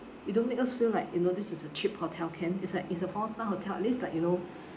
you don't make us feel like you know this is a cheap hotel can it's like it's a four star hotel at least like you know